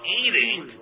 eating